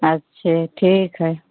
अच्छे ठीक है